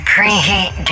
Preheat